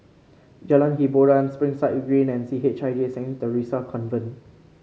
Jalan Hiboran Springside and C H I J Saint Theresa Convent